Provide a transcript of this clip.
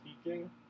speaking